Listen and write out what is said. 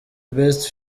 best